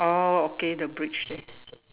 oh okay the bridge there